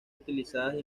utilizadas